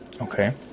Okay